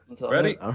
Ready